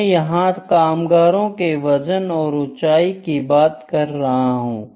मैं यहां कामगारों के वजन और ऊंचाई की बात कर रहा हूं